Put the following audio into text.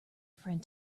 friend